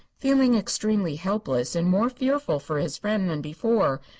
feeling extremely helpless and more fearful for his friend than before,